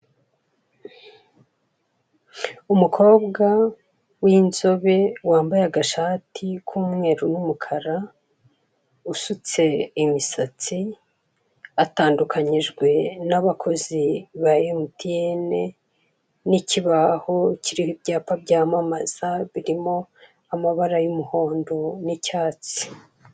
Umukobwa w'inzobe wambaye agashati k'umweru n'umukara, usutse imisatsi. Atandukanyijwe n'abakozi ba emutiyeni n'ikibaho kiriho ibyapa byamamaza, birimo amabara y'umuhondo n'icyatsi.